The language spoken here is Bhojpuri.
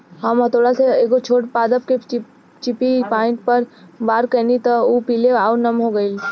हम हथौड़ा से एगो छोट पादप के चिपचिपी पॉइंट पर वार कैनी त उ पीले आउर नम हो गईल